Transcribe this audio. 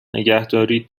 نگهدارید